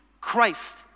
Christ